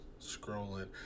scrolling